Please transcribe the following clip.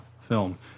film